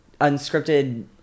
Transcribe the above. unscripted